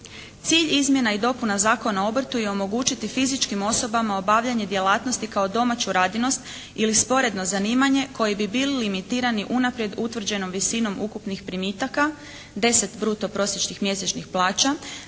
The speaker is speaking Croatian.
Cilj izmjena i dopuna Zakona o obrtu je omogućiti fizičkim osobama obavljanje djelatnosti kao domaću radinost ili sporedno zanimanje koje bi bili limitiranje unaprijed utvrđenom visinom ukupnih primitaka, 10 bruto prosječnih mjesečnih plaća.